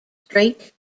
straight